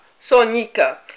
Sonika